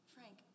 Frank